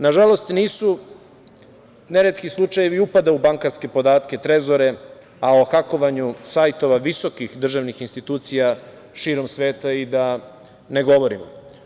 Nažalost, nisu neretki slučajevi upada u bankarske podatke, trezore, a o hakovanju sajtova visokih državnih institucija širom sveta da i ne govorimo.